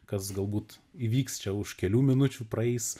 kas galbūt įvyks čia už kelių minučių praeis